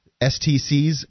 STCs